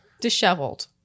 disheveled